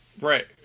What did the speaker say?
Right